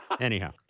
Anyhow